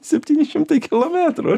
septyni šimtai kilometrų